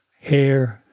hair